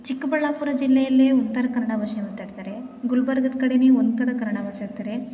ಚಿಕ್ಕಬಳ್ಳಾಪುರ ಜಿಲ್ಲೆಯಲ್ಲೇ ಒಂಥರ ಕನ್ನಡ ಭಾಷೆ ಮಾತಾಡ್ತಾರೆ ಗುಲ್ಬರ್ಗದ ಕಡೆಲೇ ಒಂಥರ ಕನ್ನಡ ಮಾತಾಡ್ತಾರೆ